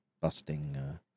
busting